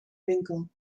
winkel